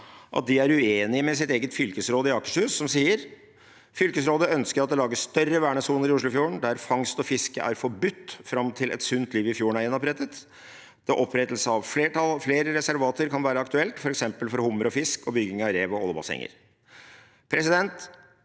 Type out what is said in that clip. at de er uenig med sitt eget fylkesråd i Akershus, som sier: «Fylkesrådet ønsker at det lages større vernesoner i Oslofjorden der fangst og fiske er forbudt frem til et sunt liv i fjorden er gjenopprettet (…) Opprettelse av flere reservater kan være aktuelt, for eksempel for hummer og fisk, og bygging av rev og ålegressenger.»